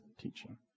teaching